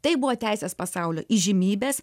tai buvo teisės pasaulio įžymybės